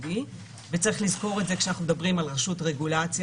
ה-OECD וצריך לזכור את זה כשאנחנו מדברים על רשות רגולציה.